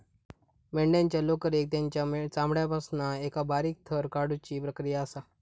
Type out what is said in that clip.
मेंढ्यांच्या लोकरेक तेंच्या चामड्यापासना एका बारीक थर काढुची प्रक्रिया असा